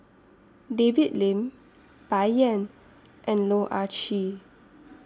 David Lim Bai Yan and Loh Ah Chee